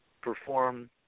perform